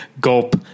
gulp